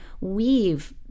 weave